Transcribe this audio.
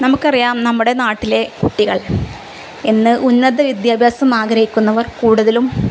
നമുക്കറിയാം നമ്മുടെ നാട്ടിലെ കുട്ടികൾ ഇന്ന് ഉന്നത വിദ്യാഭ്യാസം ആഗ്രഹിക്കുന്നവർ കൂടുതലും